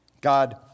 God